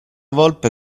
volpe